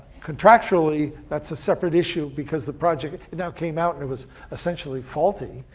contractually, that's a separate issue because the project, it now came out, and was essentially faulty.